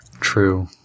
True